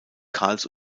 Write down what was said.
karls